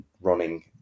running